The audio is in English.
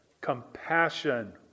Compassion